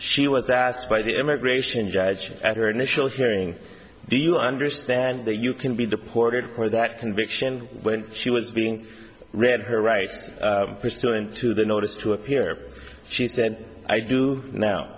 asked by the immigration judge at her initial hearing do you understand that you can be deported for that conviction when she was being read her rights pursuant to the notice to appear she said i do now